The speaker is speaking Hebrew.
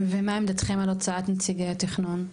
ומה עמדתכם על הוצאת נציגי התכנון?